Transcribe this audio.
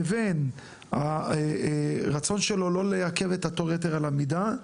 לבין הרצון שלו לא עכב את התור יתר על המידה,